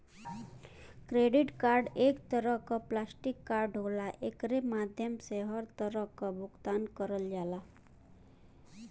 credit card एक तरे क प्लास्टिक कार्ड होला एकरे माध्यम से हर तरह क भुगतान करल जाला